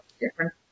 different